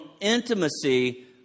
intimacy